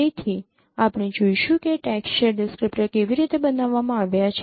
તેથી આપણે જોઈશું કે ટેક્સચર ડિસ્ક્રીપ્ટર કેવી રીતે બનાવવામાં આવ્યા છે